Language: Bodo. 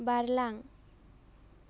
बारलां